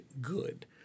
good